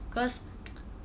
because